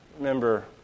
Remember